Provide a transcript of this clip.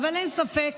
אבל אין ספק